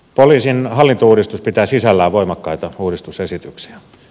poliisin hallintouudistus pitää sisällään voimakkaita uudistusesityksiä